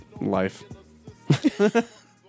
life